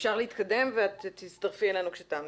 אפשר להתקדם ואת תצטרפי אלינו כשתעמדי.